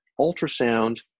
ultrasound